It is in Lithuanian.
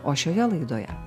o šioje laidoje